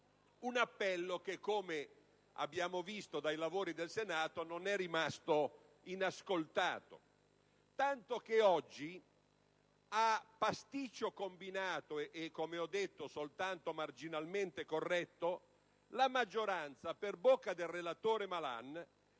un appello che, come abbiamo visto dai lavori del Senato, non è rimasto inascoltato, tanto che oggi, a pasticcio combinato e, come ho ricordato, soltanto marginalmente corretto, la maggioranza, per bocca del relatore Malan,